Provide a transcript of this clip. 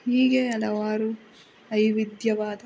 ಹೀಗೆ ಹಲವಾರು ವೈವಿಧ್ಯವಾದ